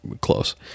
close